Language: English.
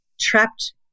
trapped